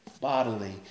bodily